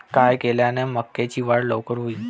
काय केल्यान मक्याची वाढ लवकर होईन?